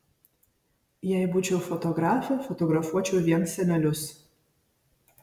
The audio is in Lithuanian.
jei būčiau fotografė fotografuočiau vien senelius